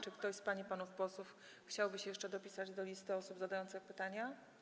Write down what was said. Czy ktoś z pań i panów posłów chciałby się jeszcze dopisać do listy osób zadających pytania?